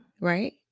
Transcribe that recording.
right